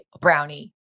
brownie